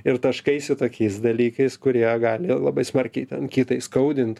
ir taškaisi tokiais dalykais kurie gali labai smarkiai ten kitą įskaudint